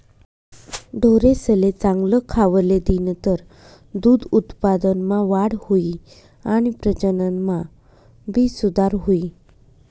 ढोरेसले चांगल खावले दिनतर दूध उत्पादनमा वाढ हुई आणि प्रजनन मा भी सुधार हुई